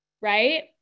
right